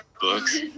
books